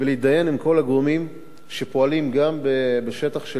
שוב ושוב גם עם כל הגורמים שפועלים בשטח של ים-המלח,